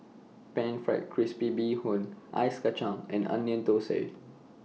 Pan Fried Crispy Bee Hoon Ice Kachang and Onion Thosai